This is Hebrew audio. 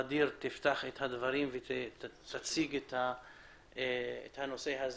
ע'דיר תציג את המקרה.